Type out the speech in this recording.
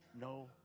no